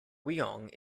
wyong